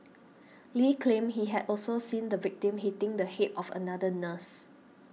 Lee claimed he had also seen the victim hitting the head of another nurse